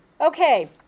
okay